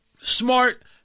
Smart